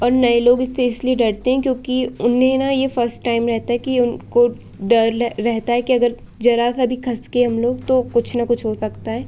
और नए लोग इससे इसलिए डरते हैं क्योंकि उन्हें न यह फ़स्ट टाइम रहता है कि उनको डर रहता है कि अगर ज़रा सा भी खसके हम लोग तो कुछ न कुछ हो सकता है